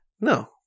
No